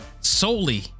solely